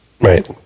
Right